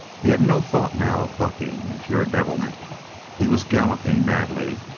he had no thought now of bucking in pure devilment he was galloping madly,